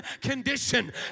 condition